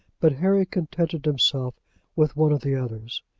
but harry contented himself with one of the others.